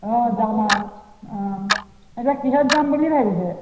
অ' যাম আৰু অ' এতিয়া কিহত যাম বুলি ভাবিছে